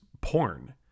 porn